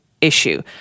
issue